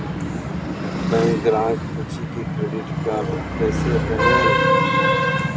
Bank ग्राहक पुछी की क्रेडिट कार्ड केसे बनेल?